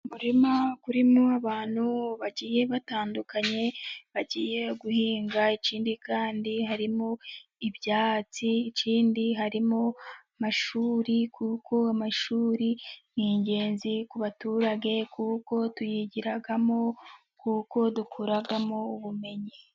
Umurima urimo abantu bagiye batandukanye bagiye guhinga, ikindi kandi harimo ibyatsi, ikindi harimo amashuri, kuko amashuri ni ingenzi ku baturage, kuko tuyigiramo, kuko dukuramo ubumenyi.